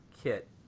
kit